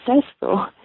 successful